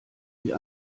die